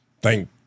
Thank